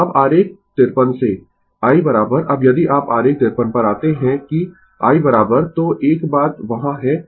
अब आरेख 53 से i अब यदि आप आरेख 53 पर आते है कि i तो एक बात वहाँ है कि यह वोल्टेज